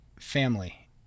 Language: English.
family